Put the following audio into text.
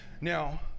Now